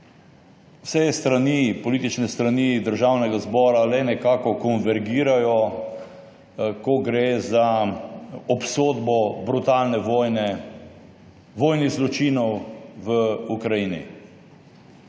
da se politične strani Državnega zbora le nekako konvergirajo, ko gre za obsodbo brutalne vojne, vojnih zločinov v Ukrajini.